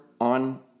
on